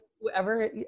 whoever